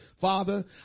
Father